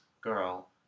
girl